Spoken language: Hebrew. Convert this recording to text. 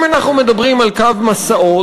אם אנחנו מדברים על קו משאות,